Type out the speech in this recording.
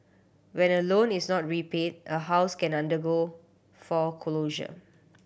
when a loan is not repaid a house can undergo foreclosure